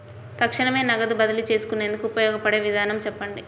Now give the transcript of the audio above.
తక్షణమే నగదు బదిలీ చేసుకునేందుకు ఉపయోగపడే విధానము చెప్పండి?